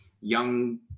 young